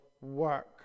work